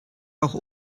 auch